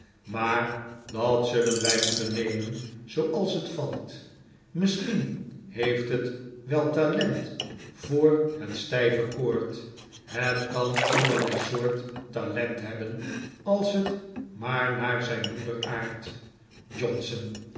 maar dat zullen wij moeten nemen zooals het valt misschien heeft het wel talent voor het stijve koord het kan allerlei soort talent hebben als het maar naar zijn moeder aardt johnson